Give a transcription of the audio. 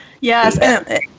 Yes